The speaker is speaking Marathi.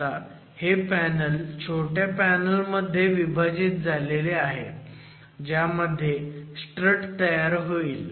आता हे पॅनल छोट्या पॅनल मध्ये विभाजित झाले आहे ज्यामध्ये स्ट्रट तयार होईल